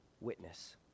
witness